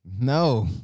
No